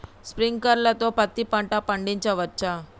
Sprinkler తో పత్తి పంట పండించవచ్చా?